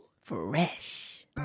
Fresh